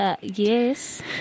Yes